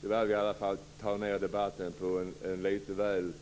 Det var väl ändå att ta ned debatten till en lite väl